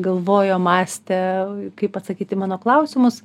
galvojo mąstė kaip atsakyt į mano klausimus